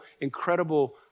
incredible